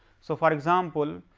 so, for example,